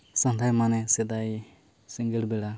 ᱥᱚᱸᱫᱷᱮ ᱢᱟᱱᱮ ᱥᱮᱫᱟᱭ ᱥᱤᱸᱜᱟᱹᱲ ᱵᱮᱲᱟ